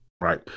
right